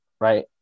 right